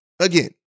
again